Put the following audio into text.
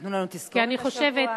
ונתנו לנו תזכורת השבוע.